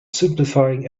simplifying